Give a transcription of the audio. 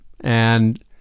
and-